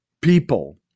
people